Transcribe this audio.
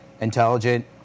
intelligent